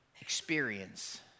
experience